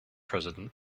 president